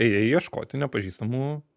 ėjai ieškoti nepažįstamų